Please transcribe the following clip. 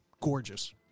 gorgeous